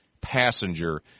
Passenger